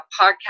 podcast